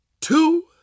two